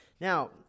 Now